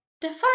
Define